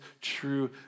true